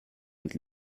mit